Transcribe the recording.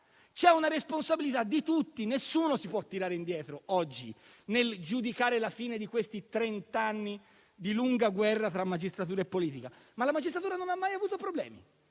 C'è una responsabilità di tutti, nessuno si può tirare indietro, oggi, nel giudicare la fine di questi trent'anni di lunga guerra tra magistratura e politica. La magistratura però non ha mai avuto problemi